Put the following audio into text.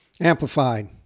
Amplified